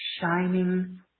shining